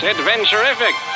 Adventurific